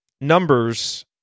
Numbers